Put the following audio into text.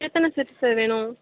எத்தனை set sir வேணும்